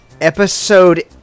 Episode